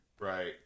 Right